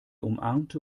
umarmte